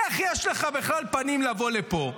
איך יש לך בכלל פנים לבוא לפה?